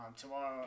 tomorrow